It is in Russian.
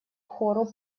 хору